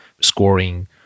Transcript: scoring